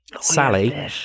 Sally